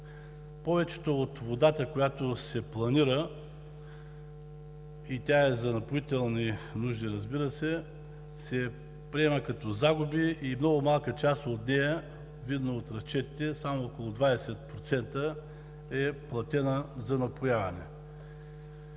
Повечето от водата, която се планира – и тя е за напоителни нужди, разбира се, се приема като загуби и много малка част от нея, видно от разчетите, само около 20% е платена за напояване.